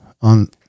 on